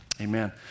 Amen